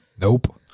Nope